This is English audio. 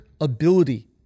ability